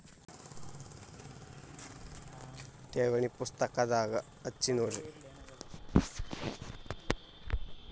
ಠೇವಣಿ ಪುಸ್ತಕದಾಗ ಹಚ್ಚಿ ಕೊಡ್ರಿ